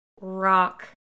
rock